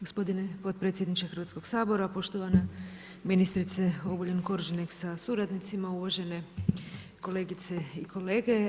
Gospodine potpredsjedniče Hrvatskog sabora, poštovana ministrice Oguljen-Koriženek sa suradnicima, uvažene kolegice i kolege.